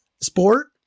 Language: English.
sport